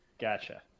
Gotcha